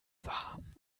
warm